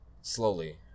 Slowly